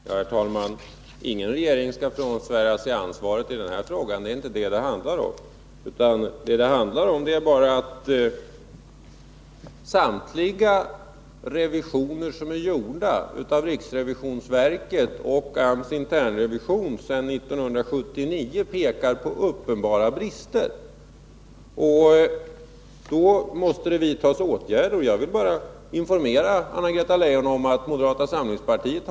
I ett interpellationssvar måndagen den 22 november hävdade utrikesministern, att en intervju i Svenska Dagbladet den 25 oktober ”inte korrekt avspeglade ambassadör Theorins åsikter ——--”. I debatten i anslutning till interpellationen hävdade ambassadör Theorin själv, att hon varken läst eller godkänt intervjun i dess slutgiltiga utformning. Hon hävdade dessutom, att hon anser det felaktigt att ge intervjuer till journalister som tidigare varit informationssekreterare i regeringskansliet.